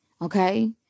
Okay